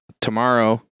tomorrow